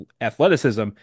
athleticism